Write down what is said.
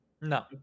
No